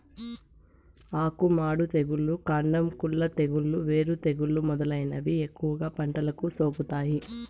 ఆకు మాడు తెగులు, కాండం కుళ్ళు తెగులు, వేరు తెగులు మొదలైనవి ఎక్కువగా పంటలకు సోకుతాయి